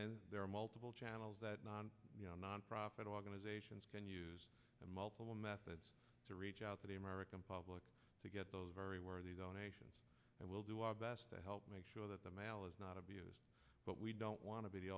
then there are multiple channels that non nonprofit organizations can use multiple methods to reach out to the american public to get those very aware of the zone nations and we'll do our best to help make sure that the mail is not abused but we don't want to be the